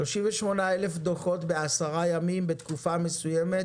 38,000 דוחות בעשרה ימים בתקופה מסוימת